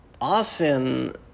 often